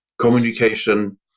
communication